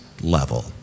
level